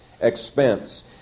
expense